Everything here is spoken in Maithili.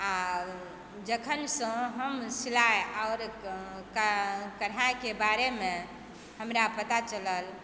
आओर जखनसँ हम सिलाइ आओर कढ़ाइके बारेमे हमरा पता चलल